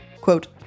quote